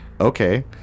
Okay